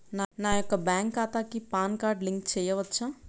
నా యొక్క బ్యాంక్ ఖాతాకి పాన్ కార్డ్ లింక్ చేయవచ్చా?